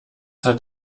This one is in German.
hat